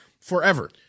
forever